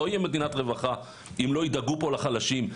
לא יהיה מדינת רווחה אם לא ידאגו פה לחלשים,